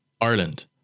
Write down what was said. Ireland